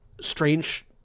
Strange